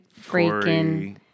freaking